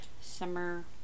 summer